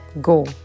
go